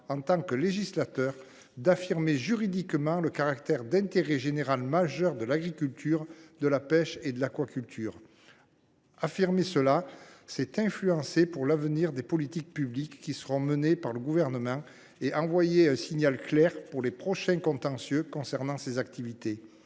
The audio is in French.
en tant que législateur, d’affirmer juridiquement le caractère d’intérêt général majeur de l’agriculture, de la pêche et de l’aquaculture. Affirmer cela, c’est influencer pour l’avenir les politiques publiques qui seront menées par le Gouvernement et envoyer un signal clair pour les prochains contentieux concernant ces activités.